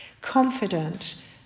confident